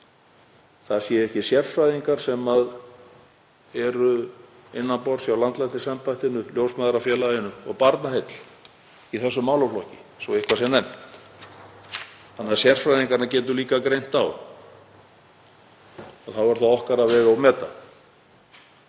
það séu sérfræðingar sem eru innan borðs hjá landlæknisembættinu, Ljósmæðrafélaginu og Barnaheill í þessum málaflokki, svo eitthvað sé nefnt. En sérfræðingana getur líka greint á og þá er það okkar að vega og meta.